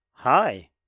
Hi